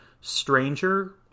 stranger